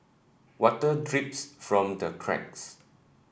water drips from the cracks